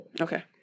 Okay